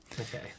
Okay